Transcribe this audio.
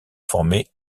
former